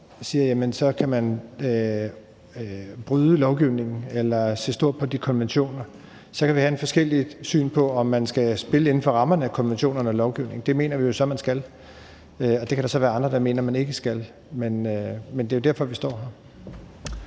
siger, at så kan man bryde lovgivningen eller se stort på de konventioner. Så kan vi have forskelligt syn på, om man skal spille inden for rammerne af konvention eller lovgivning, men det mener vi jo så man skal. Der kan så være andre, der mener, at man ikke skal det. Men det er derfor, vi står her.